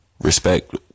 respect